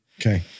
Okay